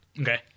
Okay